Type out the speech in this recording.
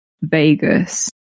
Vegas